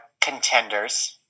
contenders